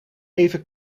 even